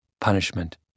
punishment